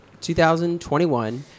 2021